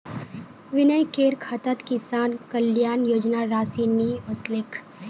विनयकेर खातात किसान कल्याण योजनार राशि नि ओसलेक